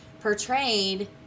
portrayed